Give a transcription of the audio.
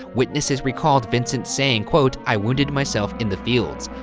witnesses recalled vincent saying, quote, i wounded myself in the fields.